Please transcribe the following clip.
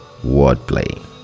wordplay